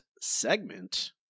segment